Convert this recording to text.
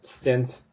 stint